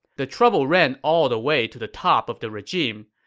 the trouble ran all the way to the top of the regime.